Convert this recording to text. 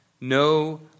no